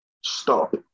stop